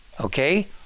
Okay